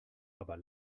aber